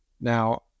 Now